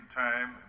time